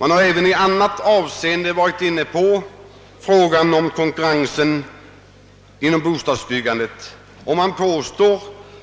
Man har även i annat avseende varit inne på frågan om konkurrensen inom bostadsbyggandet, och man påstår